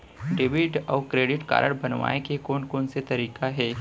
Debit अऊ credit card बनवाए के कोन कोन से तरीका हे?